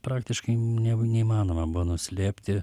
praktiškai ne neįmanoma buvo nuslėpti